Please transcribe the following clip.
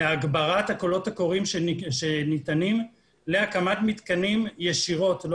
להגברת הקולות הקוראים שניתנים להקמת מתקנים ישירות לא